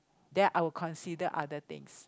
then I'll consider other things